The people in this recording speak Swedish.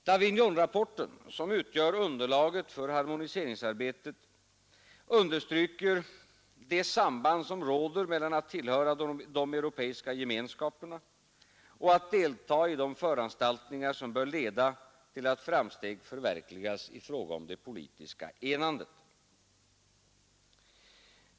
Davignonrapporten, som utgör underlaget för harmoniseringsarbetet, understryker ”det samband som råder mellan att tillhöra de Europeiska Gemenskaperna och att delta i de föranstaltningar som bör leda till att framsteg förverkligas i fråga om det politiska enandet”.